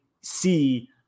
see